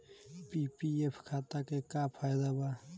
PPF खाता के का फायदा बा?